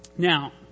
Now